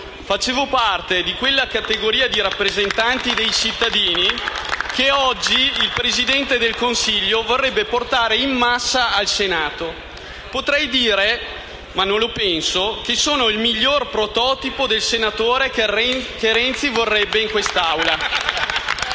Facevo parte di quella categoria di rappresentanti dei cittadini che oggi il Presidente del Consiglio vorrebbe portare in massa in Senato. Potrei dire, ma non lo penso, che sono il miglior prototipo del senatore che Renzi vorrebbe in quest'Assemblea.